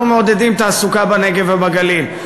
אנחנו מעודדים תעסוקה בנגב ובגליל,